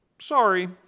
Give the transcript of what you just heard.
Sorry